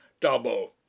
double